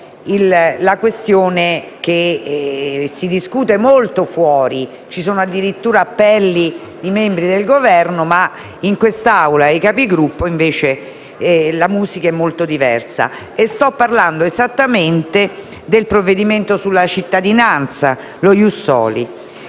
una questione di cui si discute molto fuori; ci sono addirittura appelli di membri del Governo; in quest'Assemblea e in sede di Conferenza di Capigruppo invece la musica è molto diversa. Sto parlando esattamente del provvedimento sulla cittadinanza, lo *ius soli*.